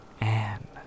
Anne